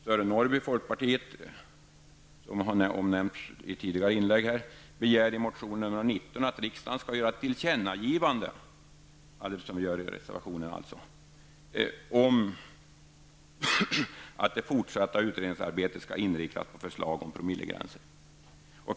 Sören Norrby, folkpartiet, begär som nämnts i tidigare inlägg i motion 19 att riksdagen skall göra ett tillkännagivande -- alltså precis vad vi gör i vår reservation -- om att det fortsatta utredningsarbetet skall inriktas på förslag om promillegränser.